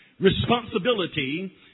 Responsibility